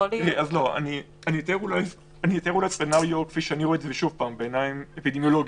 אני אתאר סצנריו בעיניים אפידמיולוגיות,